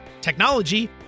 technology